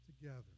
together